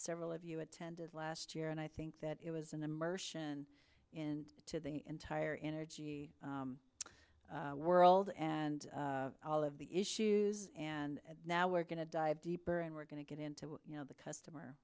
several of us attended last year and i think that it was an immersion in to the entire energy world and all of the issues and now we're going to dive deeper and we're going to get into you know the customer